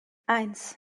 eins